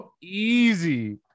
easy